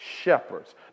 shepherds